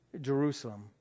Jerusalem